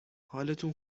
حالتون